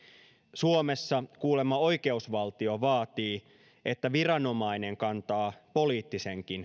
suomessa kuulemma oikeusvaltio vaatii että viranomainen kantaa poliittisenkin